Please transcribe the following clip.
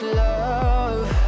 love